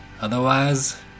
Otherwise